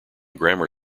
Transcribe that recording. grammar